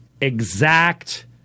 exact